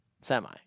Semi